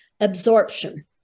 absorption